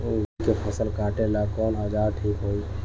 गोभी के फसल काटेला कवन औजार ठीक होई?